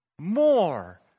More